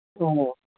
ꯑꯣ